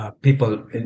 People